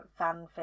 fanfic